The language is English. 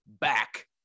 back